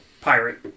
pirate